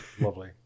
Lovely